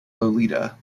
lolita